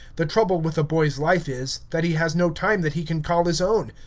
the trouble with the boy's life is, that he has no time that he can call his own.